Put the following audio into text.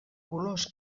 colors